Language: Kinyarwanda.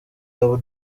abo